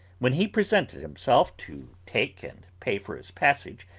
when he presented himself to take and pay for his passage,